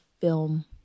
film